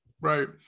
right